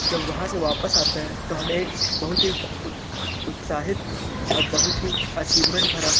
जब वहाँ से वापस आते हैं तो हमें एक बहुत ही उत उत्साहित और बहुत ही अचीवमेंट भरा